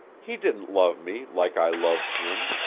he didn't love me like i loved him.